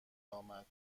آمد